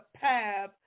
path